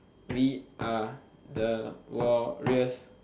we are the warriors